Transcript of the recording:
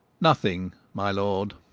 nothing, my lord.